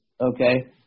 Okay